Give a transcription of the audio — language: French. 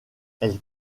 elle